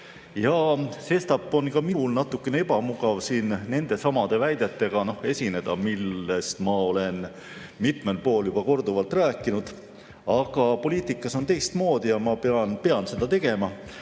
Sestap on ka minul natukene ebamugav siin nende samade väidetega esineda, millest ma olen mitmel pool juba korduvalt rääkinud, aga poliitikas on teistmoodi ja ma pean seda tegema.